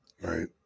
Right